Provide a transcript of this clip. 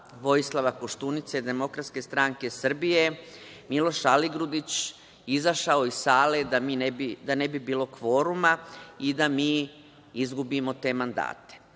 Vojislava Koštunice, DSS, Miloš Aligrudić izašao iz sale da ne bi bilo kvoruma i da mi izgubimo te mandate.